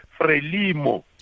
Frelimo